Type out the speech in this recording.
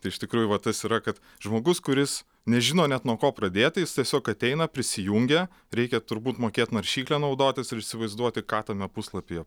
tai iš tikrųjų va tas yra kad žmogus kuris nežino net nuo ko pradėti jis tiesiog ateina prisijungia reikia turbūt mokėt naršykle naudotis ir įsivaizduoti ką tame puslapyje